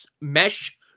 mesh